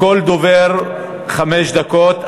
לכל דובר חמש דקות.